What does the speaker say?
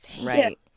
right